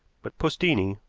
but postini,